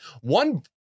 One